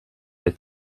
der